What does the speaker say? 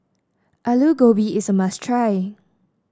Aloo Gobi is a must try